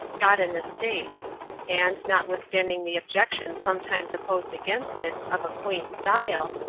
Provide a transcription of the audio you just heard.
got an estate and, notwithstanding the objection sometimes opposed against it, of a quaint style,